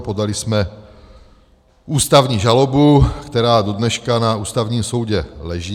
Podali jsme ústavní žalobu, která dodneška na Ústavním soudu leží.